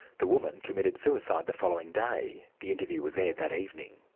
the woman committed suicide the following day. the interview was aired that evening.